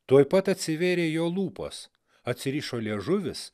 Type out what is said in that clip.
tuoj pat atsivėrė jo lūpos atsirišo liežuvis